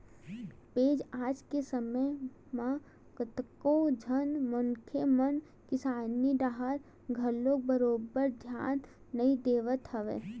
फेर आज के समे म कतको झन मनखे मन किसानी डाहर घलो बरोबर धियान नइ देवत हवय